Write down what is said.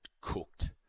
cooked